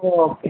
okay